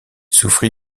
souffrit